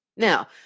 Now